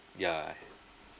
yeah